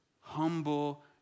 humble